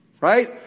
right